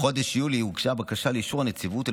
בחודש יולי הוגשה בקשה לאישור הנציבות.